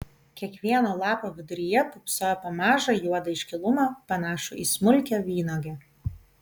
kiekvieno lapo viduryje pūpsojo po mažą juodą iškilumą panašų į smulkią vynuogę